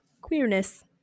Queerness